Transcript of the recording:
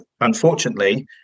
unfortunately